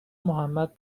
محمد